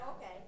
okay